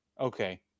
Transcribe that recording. Okay